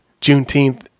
Juneteenth